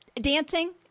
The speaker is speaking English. Dancing